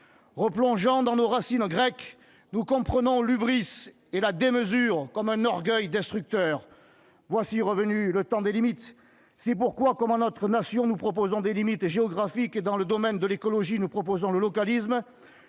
Replongeant dans nos racines grecques, nous comprenons l'et la démesure comme un orgueil destructeur. Voici revenu le temps des limites ! C'est pourquoi, comme à notre nation nous proposons des limites géographiques et comme dans le domaine de l'écologie nous proposons le localisme,